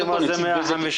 מה זה 156,